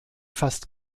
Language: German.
fast